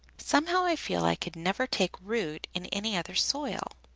somehow i feel i could never take root in any other soil.